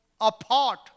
Apart